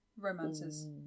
Romances